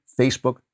Facebook